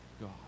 God